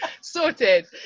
Sorted